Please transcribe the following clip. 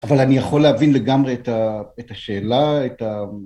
אבל אני יכול להבין לגמרי את השאלה, את ה...